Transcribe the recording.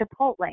Chipotle